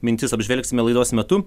mintis apžvelgsime laidos metu